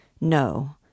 No